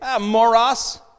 moros